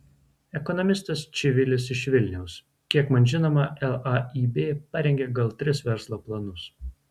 ekonomistas čivilis iš vilniaus kiek man žinoma laib parengė gal tris verslo planus